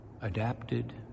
adapted